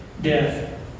death